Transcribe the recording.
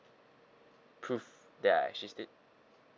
prove that I actually stayed